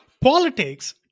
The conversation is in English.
Politics